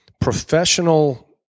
professional